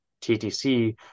TTC